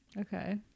Okay